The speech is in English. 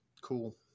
cool